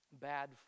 bad